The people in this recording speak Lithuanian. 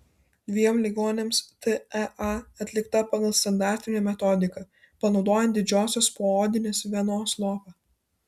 dviem ligoniams tea atlikta pagal standartinę metodiką panaudojant didžiosios poodinės venos lopą